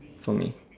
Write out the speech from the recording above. for me